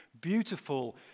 beautiful